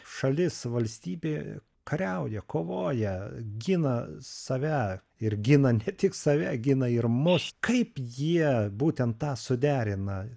šalis valstybė kariauja kovoja gina save ir gina ne tik save gina ir mus kaip jie būtent tą suderina